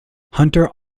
hunter